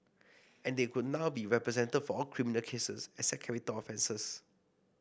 and they could now be represented for all criminal cases except capital offences